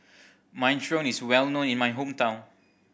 minestrone is well known in my hometown